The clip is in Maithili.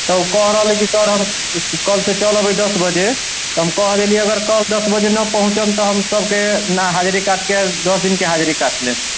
ओ कह रहलैए कि सर कल से चल अबै दस बजे तऽ हम कह देलियै कल दस बजे न पहुँचम तऽ हम सबके हाजिरी काटके दस दिनके हाजिरी काट लेब